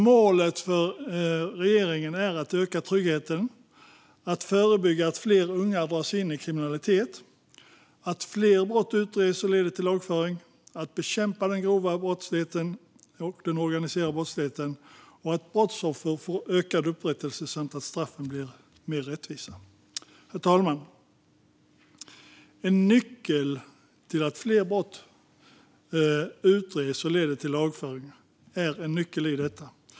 Målet för regeringen är att öka tryggheten, att förebygga att fler unga dras in i kriminalitet, att fler brott utreds och leder till lagföring, att bekämpa den grova organiserade brottsligheten, att brottsoffren får ökad upprättelse och att straffen blir mer rättvisa. Herr talman! En nyckel till detta är att fler brott utreds och leder till lagföring.